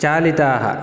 चालिताः